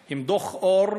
2000, עם דוח אור,